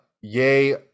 yay